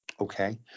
okay